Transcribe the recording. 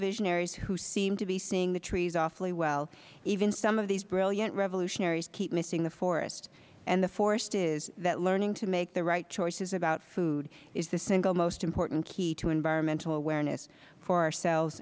visionaries who seem to be seeing the trees awfully well even some of these brilliant revolutionaries keep missing the forest and the forest is that learning to make the right choices about food is the single most important key to environmental awareness for ourselves